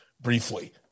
briefly